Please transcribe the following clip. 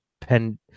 pen